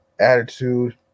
attitude